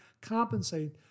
compensate